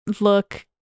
look